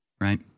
right